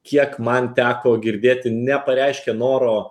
kiek man teko girdėti nepareiškė noro